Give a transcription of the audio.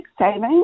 savings